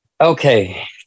okay